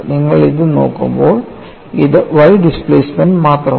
നിങ്ങൾ ഇത് നോക്കുമ്പോൾ ഇത് y ഡിസ്പ്ലേസ്മെൻറ് മാത്രമാണ്